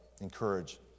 encourage